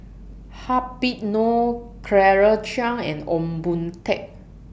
Habib Noh Claire Chiang and Ong Boon Tat